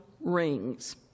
rings